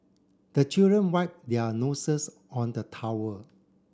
the children wipe their noses on the towel